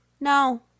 No